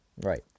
Right